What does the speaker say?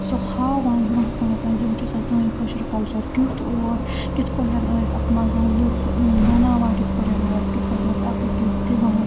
سۄ ہاوان برٛونٛہہ کُن زِ وُچھو سا سٲنۍ کٲشُر کَلچَر کیُتھ اوٗس کِتھ پٲٹھۍ ٲسۍ اَتھ منٛز لوٗکھ بَناوان کِتھ پٲٹھۍ ٲسۍ کِتھ پٲٹھۍ ٲسۍ اَکھ أکِس دِوان